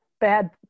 bad